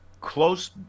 close